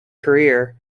career